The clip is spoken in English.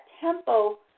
tempo